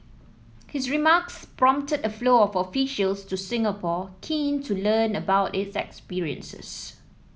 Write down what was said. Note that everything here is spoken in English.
his remarks prompted a flow of officials to Singapore keen to learn about its experiences